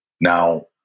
Now